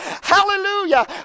Hallelujah